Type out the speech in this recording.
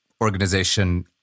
organization